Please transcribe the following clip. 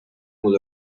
will